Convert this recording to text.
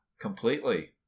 Completely